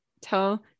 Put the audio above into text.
tell